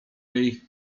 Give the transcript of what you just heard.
jej